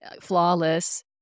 flawless